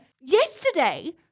yesterday